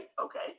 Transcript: Okay